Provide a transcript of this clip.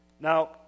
Now